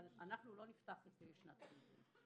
אבל אנחנו לא נפתח את שנת הלימודים.